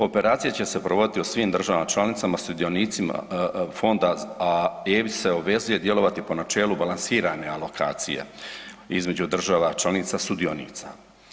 Operacije će se provoditi u svim državama članicama sudionicima fonda, a EIB se obvezuje djelovati po načelu balansirane alokacije između država članica sudionica.